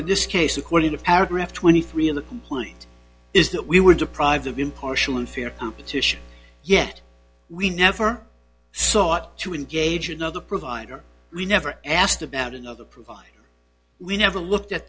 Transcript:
in this case according to paragraph twenty three of the complaint is that we were deprived of impartial unfair competition yet we never sought to engage another provider we never asked about another provide we never looked at